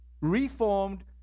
reformed